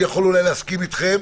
אני יכול אולי להסכים אתכם,